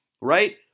right